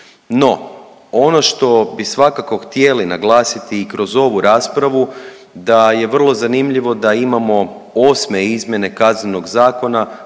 No, ono što bi svakako htjeli naglasiti i kroz ovu raspravu, da je vrlo zanimljivo da imamo 8. izmjene Kaznenog zakona